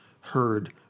heard